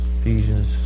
Ephesians